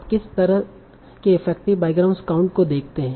आप किस तरह के इफेक्टिव बाईग्राम काउंट को देखते हैं